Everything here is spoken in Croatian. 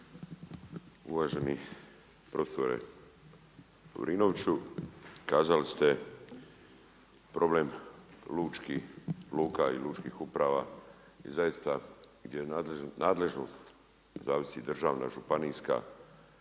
Uvaženi profesore Lovrinoviću, kazali ste problem lučkih luka i lučkih uprava i zaista je nadležnost, zavisi državna, županijska,